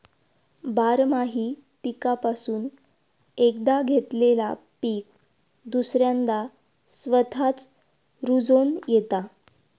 बारमाही पीकापासून एकदा घेतलेला पीक दुसऱ्यांदा स्वतःच रूजोन येता